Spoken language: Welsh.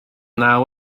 naw